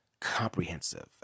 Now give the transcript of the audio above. comprehensive